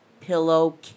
pillow